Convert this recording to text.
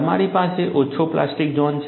તમારી પાસે ઓછો પ્લાસ્ટિક ઝોન છે